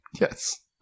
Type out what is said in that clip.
Yes